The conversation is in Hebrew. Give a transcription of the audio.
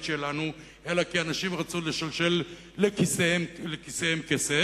שלנו אלא כאנשים עם רצון לשלשל לכיסיהם כסף,